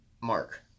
mark